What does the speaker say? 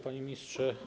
Panie Ministrze!